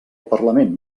parlament